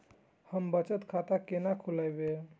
हम बचत खाता केना खोलैब?